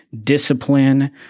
discipline